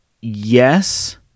yes